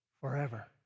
forever